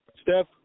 Steph